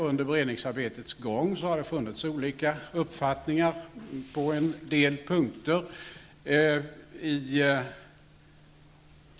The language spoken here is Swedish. Under beredningsarbetets gång har det funnits olika uppfattningar på en del punkter.